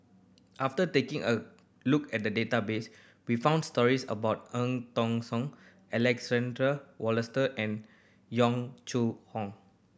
after taking a look at the database we found stories about Eng Tong Soon Alexander Wolster and Yong Chu Hong